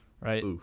right